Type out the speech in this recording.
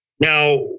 Now